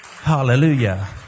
Hallelujah